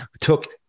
took